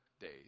days